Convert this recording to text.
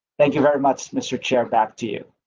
thank you very much. mr. chair back to you.